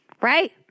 Right